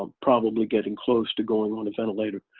um probably getting close to going on a ventilator.